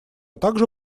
также